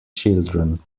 children